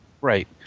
Right